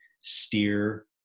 Steer